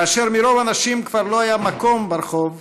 כאשר מרוב אנשים כבר לא היה מקום ברחוב,